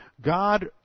God